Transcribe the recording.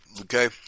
Okay